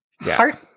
heart